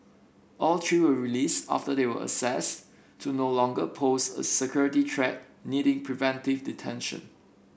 all three were released after they were assessed to no longer pose a security threat needing preventive detention